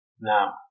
now